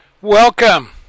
welcome